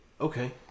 Okay